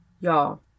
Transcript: Y'all